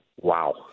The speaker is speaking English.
Wow